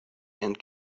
and